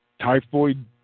Typhoid